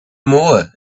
more